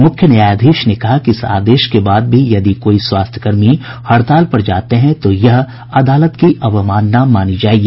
मुख्य न्यायाधीश ने कहा कि इस आदेश के बाद भी यदि कोई स्वास्थ्य कर्मी हड़ताल पर जाते हैं तो यह अदालत की अवमानना मानी जाएगी